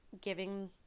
giving